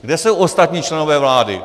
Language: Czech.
Kde jsou ostatní členové vlády?